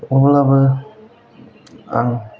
अब्लाबो आं